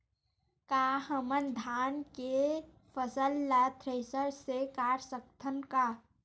का हमन धान के फसल ला थ्रेसर से काट सकथन का?